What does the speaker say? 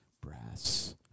brass